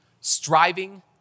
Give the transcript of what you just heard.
striving